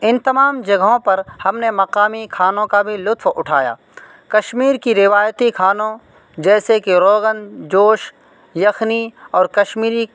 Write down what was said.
ان تمام جگہوں پر ہم نے مقامی کھانوں کا بھی لطف اٹھایا کشمیر کی روایتی کھانوں جیسے کہ روغن جوش یخنی اور کشمیری